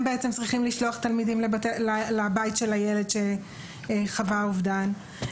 הם בעצם צריכים לשלוח תלמידים לבית של הילד שחווה אובדן,